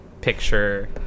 picture